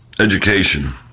Education